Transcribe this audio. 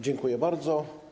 Dziękuję bardzo.